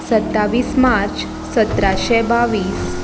सत्तावीस मार्च सतराशें बावीस